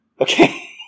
Okay